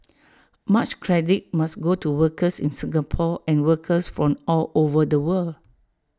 much credit must go to workers in Singapore and workers from all over the world